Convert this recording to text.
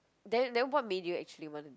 then then what made you actually wanna do